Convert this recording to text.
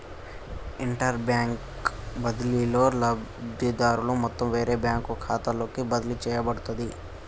interbank బదిలీలో, లబ్ధిదారుని మొత్తం వేరే బ్యాంకు ఖాతాలోకి బదిలీ చేయబడుతది